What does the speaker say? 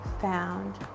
found